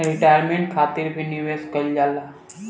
retirement खातिर भी निवेश कईल जाला